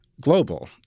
global